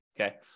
Okay